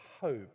hope